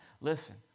Listen